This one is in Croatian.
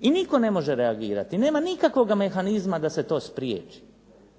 i nitko ne može reagirati, nema nikakvoga mehanizma da se to spriječi,